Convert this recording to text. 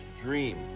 dream